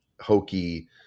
hokey